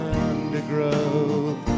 undergrowth